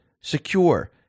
secure